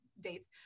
dates